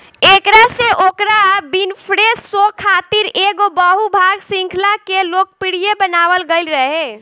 एकरा से Oprah Winfrey show खातिर एगो बहु भाग श्रृंखला के लोकप्रिय बनावल गईल रहे